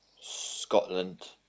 Scotland